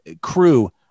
crew